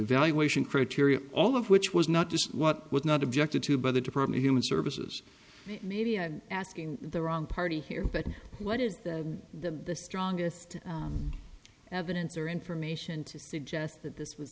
evaluation criteria all of which was not just what was not objected to by the department human services media asking the wrong party here but what is the strongest evidence or information to suggest that this was